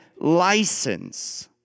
license